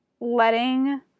Letting